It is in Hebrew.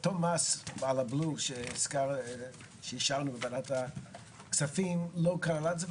אותו מס על הבלו שאישרנו בוועדת הכספים לא כלל את זה.